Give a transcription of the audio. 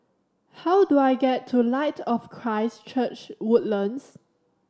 how do I get to Light of Christ Church Woodlands